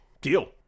Deal